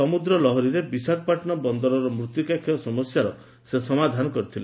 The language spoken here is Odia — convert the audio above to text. ସମୁଦ୍ର ଲହରୀରେ ବିଶାଖାପାଟନମ୍ ବନ୍ଦରର ମୃଭିକା କ୍ଷୟ ସମସ୍ୟାର ସେ ସମାଧାନ କରିଥିଲେ